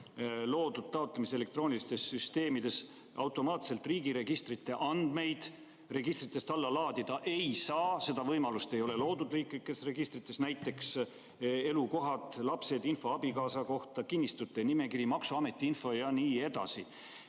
loodud taotlemise elektroonilistes süsteemides automaatselt riigiregistrite andmeid alla laadida ei saa, seda võimalust ei ole riiklikes registrites loodud. Näiteks elukohad, lapsed, info abikaasa kohta, kinnistute nimekiri, maksuameti info ja nii edasi.